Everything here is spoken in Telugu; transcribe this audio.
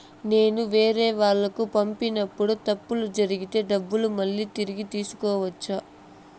నేను వేరేవాళ్లకు పంపినప్పుడు తప్పులు జరిగితే డబ్బులు మళ్ళీ తిరిగి తీసుకోవచ్చా?